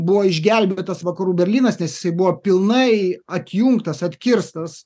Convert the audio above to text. buvo išgelbėtas vakarų berlynas nes jisai buvo pilnai atjungtas atkirstas